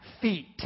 feet